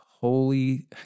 holy